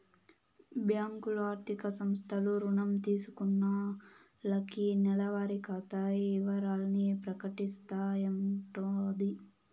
బ్యాంకులు, ఆర్థిక సంస్థలు రుణం తీసుకున్నాల్లకి నెలవారి ఖాతా ఇవరాల్ని ప్రకటిస్తాయంటోది